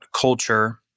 culture